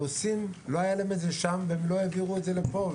לרוסים לא היה את זה שם והם לא העבירו את זה לפה,